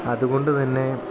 അതുകൊണ്ട് തന്നെ